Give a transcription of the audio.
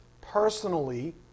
personally